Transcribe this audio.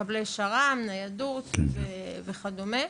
מקבלי שר"ם ניידות וכדומה.